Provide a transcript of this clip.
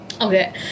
okay